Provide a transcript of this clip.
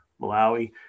Malawi